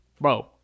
Bro